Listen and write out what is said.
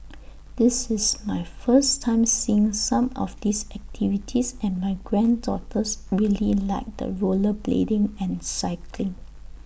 this is my first time seeing some of these activities and my granddaughters really liked the rollerblading and cycling